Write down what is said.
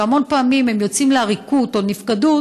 והמון פעמים הם יוצאים לעריקות או נפקדות